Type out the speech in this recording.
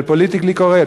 של פוליטיקלי-קורקט,